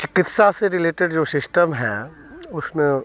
चिकित्सा से रिलेटेड जो सिस्टम है उसमें